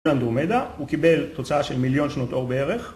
הוא קיבל תוצאה של מיליון שנות אור בערך